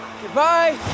Goodbye